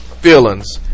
Feelings